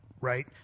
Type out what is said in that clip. right